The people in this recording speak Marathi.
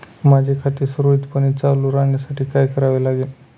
माझे खाते सुरळीतपणे चालू राहण्यासाठी काय करावे लागेल?